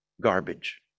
garbage